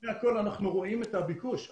לפני הכול, אנחנו רואים את הביקוש.